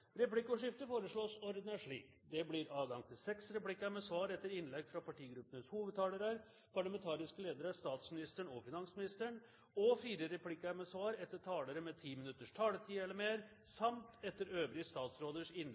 Replikkordskiftet foreslås ordnet slik: Det blir adgang til seks replikker med svar etter innlegg fra partigruppenes hovedtalere, parlamentariske ledere, statsministeren og finansministeren og fire replikker med svar etter talere med 10 minutters taletid eller mer samt etter øvrige statsråders